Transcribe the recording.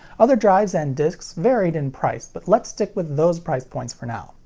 other drives and discs varied in price, but let's stick with those price points for now.